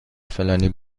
فلانی